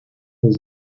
was